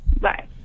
Bye